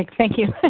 like thank you.